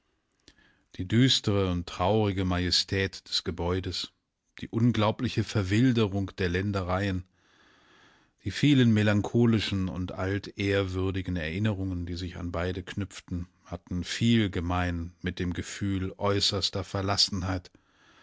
die düstre und traurige majestät des gebäudes die unglaubliche verwilderung der ländereien die vielen melancholischen und altehrwürdigen erinnerungen die sich an beide knüpften hatten viel gemein mit dem gefühl äußerster